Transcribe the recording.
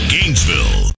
Gainesville